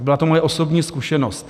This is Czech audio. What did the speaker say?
Byla to moje osobní zkušenost.